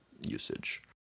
usage